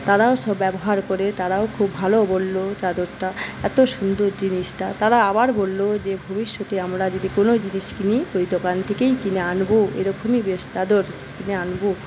তারাও সব ব্যবহার করে তারাও খুব ভালো বলল চাদরটা এত সুন্দর জিনিসটা তারা আবার বলল যে ভবিষ্যতে আমরা যদি কোনও জিনিস কিনি ওই দোকান থেকেই কিনে আনব এইরকমই বেশ চাদর কিনে আনব